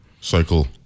cycle